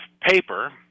paper